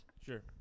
Sure